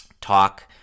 talk